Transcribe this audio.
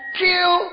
kill